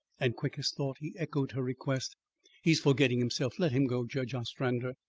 and quick as thought he echoed her request he is forgetting himself. let him go, judge ostrander.